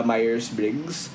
Myers-Briggs